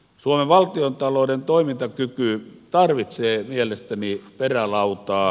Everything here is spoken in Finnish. suomen valtiontalouden toimintakyky tarvitsee mielestäni perälautaa